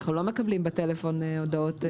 אנחנו לא מקבלים בטלפון הודעות.